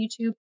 YouTube